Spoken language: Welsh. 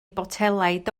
botelaid